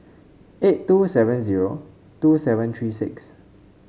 eight two seven zero two seven three six